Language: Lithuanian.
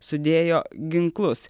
sudėjo ginklus